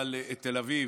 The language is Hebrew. לתל אביב